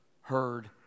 heard